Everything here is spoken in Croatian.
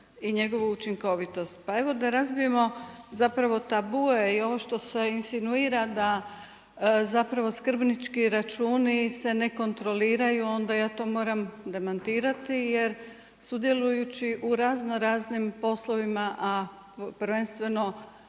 i njegovu učinkovitost. Pa evo da razbijemo tabue i ovo što se insinuira da skrbnički računi se ne kontroliraju onda ja to moram demantirati jer sudjelujući u raznoraznim poslovima, a prvenstveno